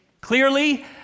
clearly